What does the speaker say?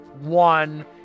one